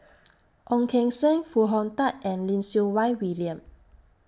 Ong Keng Sen Foo Hong Tatt and Lim Siew Wai William